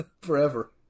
forever